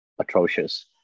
atrocious